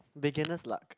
beginners luck